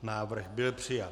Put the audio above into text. Návrh byl přijat.